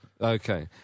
Okay